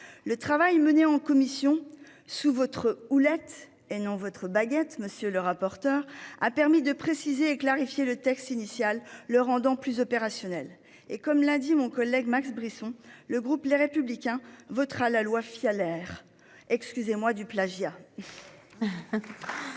Le travail mené en commission sous votre houlette et non votre baguette, monsieur le rapporteur, a permis de préciser et de clarifier le texte initial, le rendant ainsi plus opérationnel. Comme l'a dit Max Brisson, le groupe Les Républicains votera la loi Fialaire. Pardon pour le plagiat